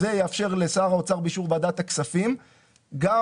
זה יאפשר לשר האוצר באישור ועדת הכספים גם